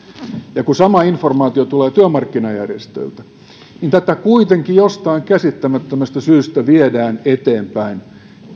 ja kun sama informaatio tulee työmarkkinajärjestöiltä niin tätä kuitenkin jostain käsittämättömästä syystä viedään eteenpäin